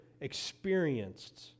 experienced